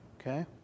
Okay